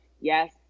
yes